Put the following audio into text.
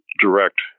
direct